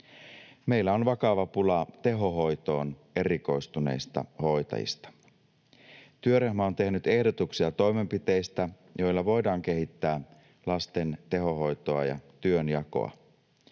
Meillä on vakava pula tehohoitoon erikoistuneista hoitajista. Työryhmä on tehnyt ehdotuksia toimenpiteistä, joilla voidaan kehittää lasten tehohoitoa ja työnjakoa.